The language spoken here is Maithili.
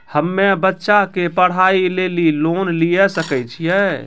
हम्मे बच्चा के पढ़ाई लेली लोन लिये सकय छियै?